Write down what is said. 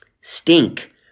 Stink